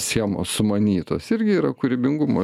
schemos sumanytos irgi yra kūrybingumo